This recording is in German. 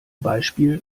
beispiel